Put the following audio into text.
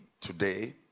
today